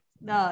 No